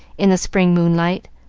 in the spring moonlight,